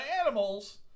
animals